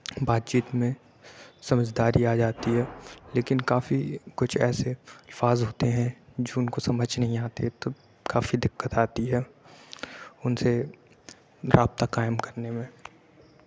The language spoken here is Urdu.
بات چیت میں سمجھ داری آ جاتی ہے لیکن کافی کچھ ایسے الفاظ ہوتے ہیں جو ان کو سمجھ نہیں آتے تو کافی دقت آتی ہے ان سے رابطہ قائم کرنے میں